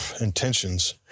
intentions